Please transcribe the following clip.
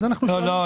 לא,